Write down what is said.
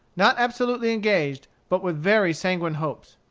not absolutely engaged, but with very sanguine hopes.